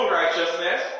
righteousness